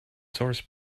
source